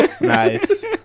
Nice